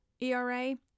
ERA